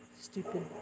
Stupid